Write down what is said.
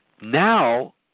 now